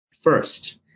First